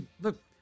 Look